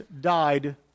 died